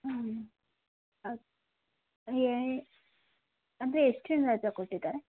ಹ್ಞೂ ಅದೇ ಎಷ್ಟು ದಿನ ರಜಾ ಕೊಟ್ಟಿದ್ದಾರೆ